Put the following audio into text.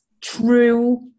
True